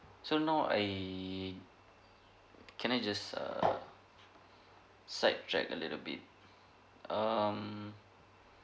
so now I can I just err side check a little bit um